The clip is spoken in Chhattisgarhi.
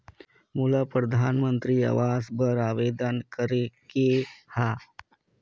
मोला परधानमंतरी आवास बर आवेदन करे के हा?